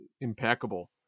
impeccable